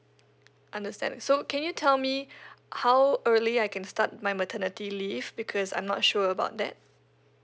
understand so can you tell me how early I can start my maternity leave because I'm not sure about that